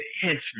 henchmen